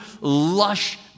lush